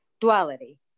duality